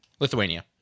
Lithuania